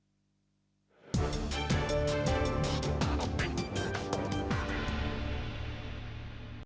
Дякую,